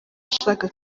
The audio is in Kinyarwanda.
ashaka